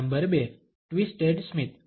number 2 twisted Smit